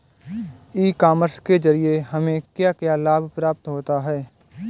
ई commerce के ज़रिए हमें क्या क्या लाभ प्राप्त होता है?